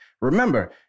Remember